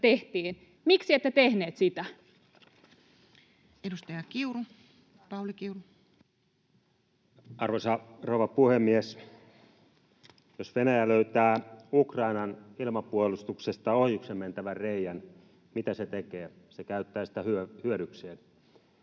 tehtiin. Miksi ette tehneet sitä? Edustaja Pauli Kiuru. Arvoisa rouva puhemies! Jos Venäjä löytää Ukrainan ilmapuolustuksesta ohjuksen mentävän reiän, mitä se tekee? Se käyttää sitä hyödykseen.